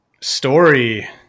Story